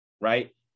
right